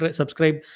subscribe